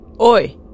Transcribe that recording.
Oi